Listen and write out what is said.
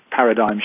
Paradigm